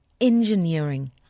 engineering